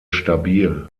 stabil